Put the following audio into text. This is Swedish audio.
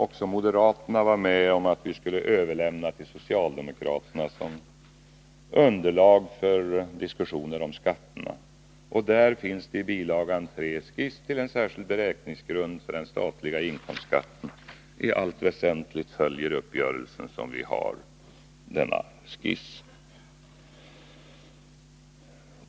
Också ni moderater var med om att vi skulle överlämna det till socialdemokraterna som underlag för diskussioner om skatterna. Där finns i bil. 3 en skiss till en särskild beräkningsgrund för den statliga inkomstskatten. I allt väsentligt följer den slutliga uppgörelsen denna skiss.